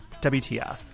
wtf